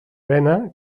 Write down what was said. vena